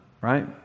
right